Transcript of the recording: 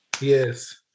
Yes